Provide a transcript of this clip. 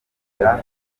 nta